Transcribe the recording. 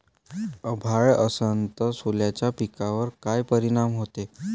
अभाळ असन तं सोल्याच्या पिकावर काय परिनाम व्हते?